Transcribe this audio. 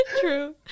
True